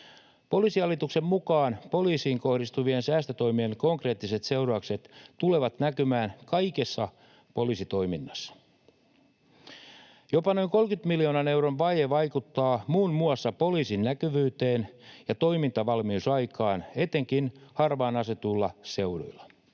Poliisihallituksen mukaan poliisiin kohdistuvien säästötoimien konkreettiset seuraukset tulevat näkymään kaikessa poliisitoiminnassa. Jopa noin 30 miljoonan euron vaje vaikuttaa muun muassa poliisin näkyvyyteen ja toimintavalmiusaikaan etenkin harvaan asutuilla seuduilla.